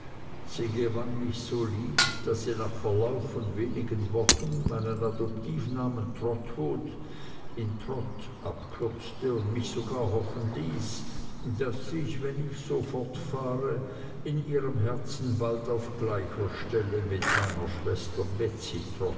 sie gewann mich so lieb daß sie nach verlauf von wenigen wochen meinen adoptivnamen trotwood in trot abkürzte und mich sogar hoffen ließ daß ich wenn ich so fortfahre in ihrem herzen bald auf gleicher stelle mit meiner schwester